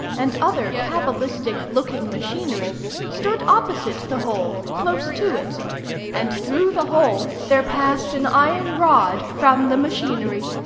and other cabalistic looking machinery stood opposite the hole, close to it and through the hole there passed an iron rod from the machinery.